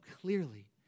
clearly